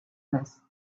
list